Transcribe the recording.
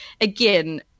again